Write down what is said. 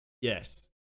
yes